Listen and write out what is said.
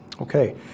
okay